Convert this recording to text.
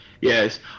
Yes